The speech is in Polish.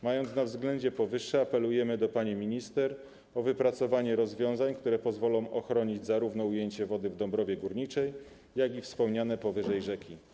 Mając na względzie powyższe, apelujemy do pani minister o wypracowanie rozwiązań, które pozwolą ochronić zarówno ujęcie wody w Dąbrowie Górniczej, jak i wspomniane powyżej rzeki.